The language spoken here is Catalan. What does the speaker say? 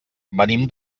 venim